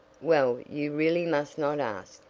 well, you really must not ask,